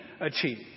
achieve